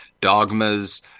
dogmas